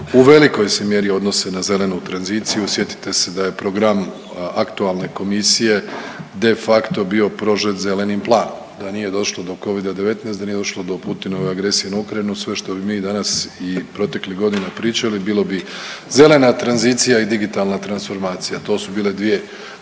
u velikoj se mjeri odnose na zelenu tranziciju. Sjetite se da je program aktualne komisije de facto bio prožet zelenim planom, da nije došlo do covida-19, da nije došlo do Putinove agresije na Ukrajinu sve što bi mi danas i proteklih godina pričali bilo bi zelena tranzicija i digitalna transformacija, to su bile dvije